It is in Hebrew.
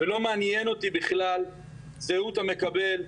ולא מעניין אותי בכלל זהות המקבל,